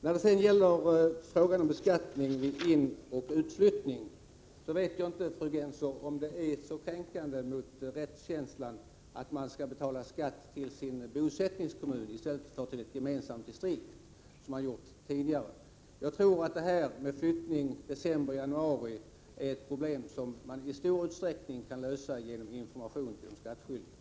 När det sedan gäller frågan om beskattning vid inoch utflyttning, kan jag, fru Gennser, inte förstå att det skulle vara så kränkande för rättskänslan att man skall betala skatt till sin bosättningskommun i stället för ett gemensamt distrikt, vilket man tidigare gjorde. Jag tror att detta med flyttningar i december eller i januari är ett problem som man i stor utsträckning kan lösa genom information till de skattskyldiga.